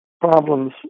problems